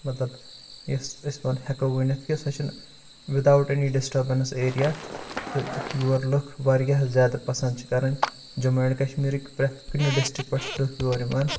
مطلب یَس أسۍ پانہٕ ہٮ۪کو ؤنِتھ کہِ سۄ چھِنہٕ وِد اَوُٹ أنی ڈسٹربنٕس ایرِیا تہٕ یور لُکھ وارِیاہ زیادٕ پسنٛد چھِ کَران جموں اینٛڈ کشمیٖرٕکۍ پرٮ۪تھ کُنہِ ڈسٹرکٕکۍ پٮ۪ٹھ لُکھ یور یِوان